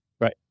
Right